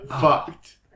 fucked